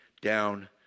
down